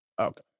Okay